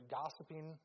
gossiping